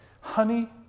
Honey